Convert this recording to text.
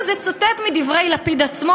אז אצטט מדברי לפיד עצמו,